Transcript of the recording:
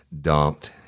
dumped